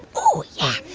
oh, yeah,